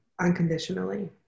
unconditionally